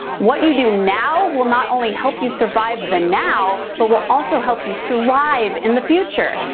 what you do now will not only help you survive the now but will also help you thrive in the future.